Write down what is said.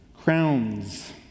crowns